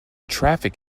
traffic